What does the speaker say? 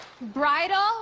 Bridal